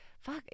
fuck